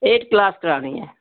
eight class ਕਰਾਉਣੀ ਹੈ